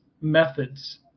methods